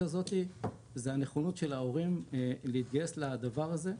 הזאת זה הנכונות של ההורים להתגייס לדבר הזה.